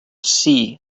see